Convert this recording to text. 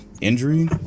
injury